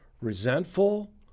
resentful